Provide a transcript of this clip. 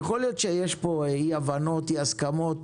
יכול להיות שיש פה אי הבנות, אי הסכמות,